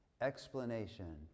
explanation